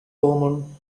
hormone